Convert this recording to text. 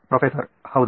professor ಹೌದು